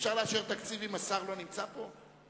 אפשר לאשר תקציב אם השר לא נמצא פה?